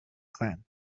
clan